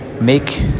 make